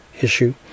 issue